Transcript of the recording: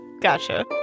gotcha